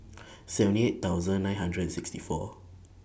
seventy eight thousand nine hundred and sixty four